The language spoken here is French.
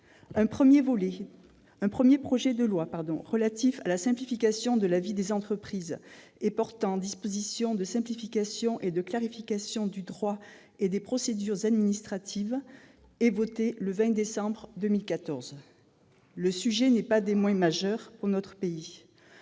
Un premier projet de loi relatif à la simplification de la vie des entreprises et portant dispositions de simplification et de clarification du droit et des procédures administratives fut voté le 20 décembre 2014. Le sujet n'est pas mineur pour notre pays.